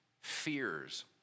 fears